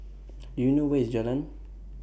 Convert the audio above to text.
Do YOU know Where IS Jalan